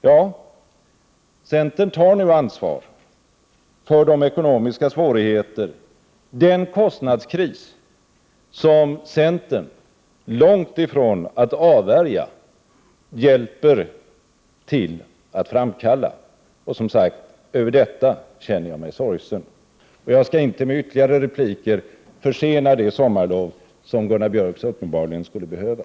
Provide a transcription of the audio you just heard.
Ja, centern tar nu ansvar för de ekonomiska svårigheter, den kostnadskris som centern långtifrån att avvärja hjälper till att framkalla. Och som sagt, över detta känner jag mig sorgsen. Jag skall inte med ytterligare repliker försena det sommarlov som Gunnar Björk så uppenbarligen skulle behöva.